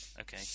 Okay